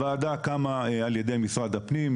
הוועדה קמה על ידי משרד הפנים,